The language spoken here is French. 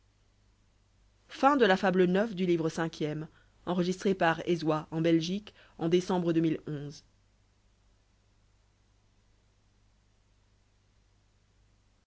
la fable de